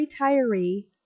retiree